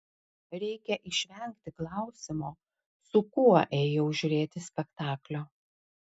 reikia išvengti klausimo su kuo ėjau žiūrėti spektaklio